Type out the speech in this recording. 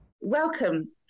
Welcome